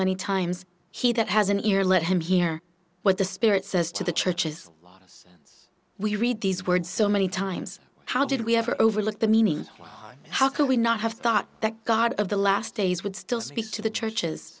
many times he that has an ear let him hear what the spirit says to the churches yes we read these words so many times how did we ever overlook the meaning how could we not have thought that god of the last days would still speak to the churches